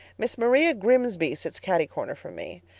miss maria grimsby sits cati-corner from me.